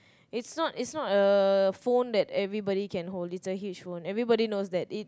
it's not it's not a phone that everybody can hold it's a huge phone everybody knows that